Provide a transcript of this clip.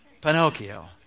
Pinocchio